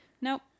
nope